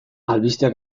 albiste